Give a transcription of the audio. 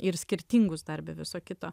ir skirtingus dar be viso kito